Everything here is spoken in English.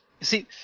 see